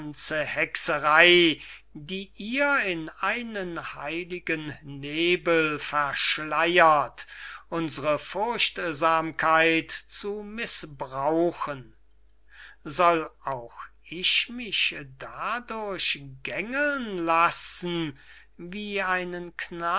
hexerey die ihr in einen heiligen nebel verschleyert unsre furchtsamkeit zu mißbrauchen soll auch ich mich dadurch gängeln lassen wie einen